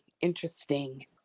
interesting